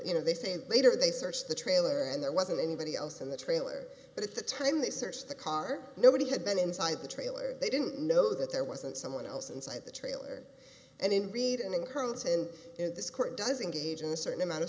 you know they said later they searched the trailer and there wasn't anybody else in the trailer at the time they searched the car nobody had been inside the trailer they didn't know that there wasn't someone else inside the trailer and in reading in currents and this court doesn't gauge a certain amount of